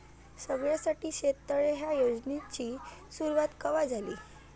सगळ्याइसाठी शेततळे ह्या योजनेची सुरुवात कवा झाली?